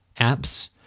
apps